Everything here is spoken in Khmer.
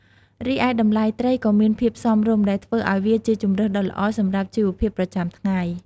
រីឯតម្លៃត្រីក៏មានភាពសមរម្យ ដែលធ្វើឲ្យវាជាជម្រើសដ៏ល្អសម្រាប់ជីវភាពប្រចាំថ្ងៃ។